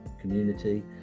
community